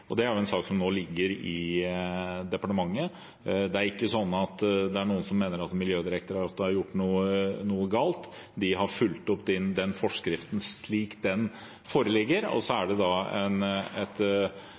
Det er en sak som nå ligger i departementet. Det er ikke noen som mener at Miljødirektoratet har gjort noe galt – de har fulgt opp den forskriften slik den foreligger. Så er